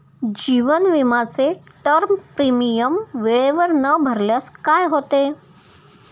जीवन विमाचे term premium वेळेवर न भरल्यास काय होते?